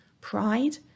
pride